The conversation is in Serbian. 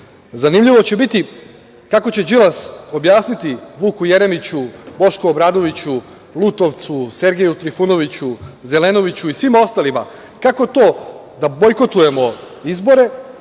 Zanimljivo će biti kako će Đilas objasniti Vuku Jeremiću, Bošku Obradoviću, Lutovcu, Sergeju Trifunoviću, Zelenoviću i svima ostalima - kako to da bojkotujemo izbore,